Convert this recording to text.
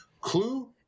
Clue